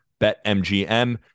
BetMGM